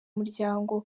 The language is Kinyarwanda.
muryango